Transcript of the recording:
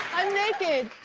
i'm naked.